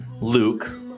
Luke